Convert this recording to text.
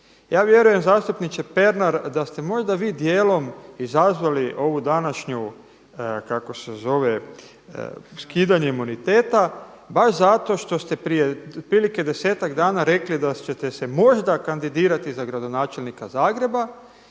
Ja vjerujem zastupniče Pernar da ste možda vi dijelom izazvali ovu današnju kako se zove, skidanje imuniteta baš zato što ste prije otprilike 10-ak dana rekli da ćete se možda kandidirati za gradonačelnika Zagreba